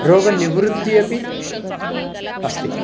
रोगनिवृत्तिः अपि अस्ति